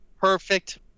perfect